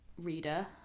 reader